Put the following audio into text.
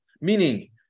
meaning